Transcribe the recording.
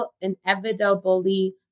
inevitably